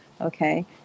Okay